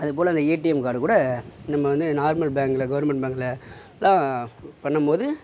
அதுபோல் அந்த ATM card கூட நம்ம வந்து நார்மல் பேங்க்கில் கவுர்மெண்ட் பேங்க்கில் லாம் பண்ணும் போது